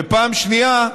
ופעם שנייה,